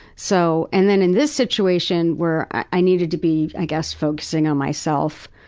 so. and then in this situation, where i needed to be, i guess, focusing on myself,